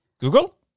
Google